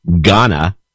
Ghana